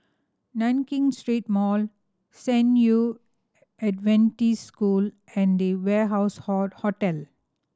Nankin Street Mall San Yu Adventist School and The Warehouse Hall Hotel